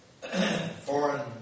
Foreign